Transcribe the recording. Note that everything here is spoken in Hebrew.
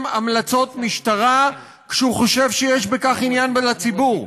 המלצות משטרה כשהוא חושב שיש בכך עניין לציבור.